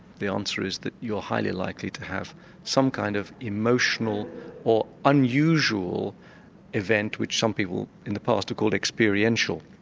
the answer is that you're highly likely to have some kind of emotional or unusual event which some people in the past have called experiential.